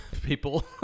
people